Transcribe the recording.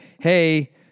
hey